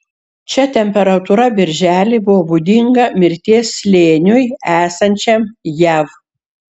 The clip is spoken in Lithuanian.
čia temperatūra birželį buvo būdinga mirties slėniui esančiam jav